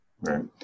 Right